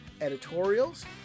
editorials